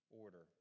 order